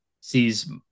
sees